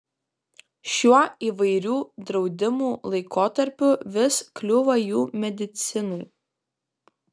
šiuo įvairių draudimų laikotarpiu vis kliūva jų medicinai